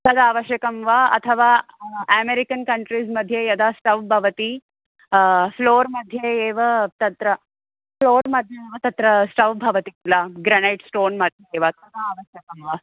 तत् आवश्यकं वा अथवा एमेरिकन् कन्ट्रीस् मध्ये यदा स्टव् भवति फ़्लोर् मध्ये एव तत्र फ्लोर् मध्ये एव तत्र स्टव् भवति किल ग्रनैट् स्टोन् मध्ये एव तथा आवश्यकं वा